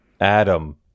Adam